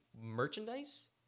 merchandise